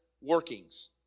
workings